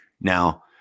Now